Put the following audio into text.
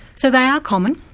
so they are common,